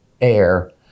air